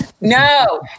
No